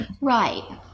Right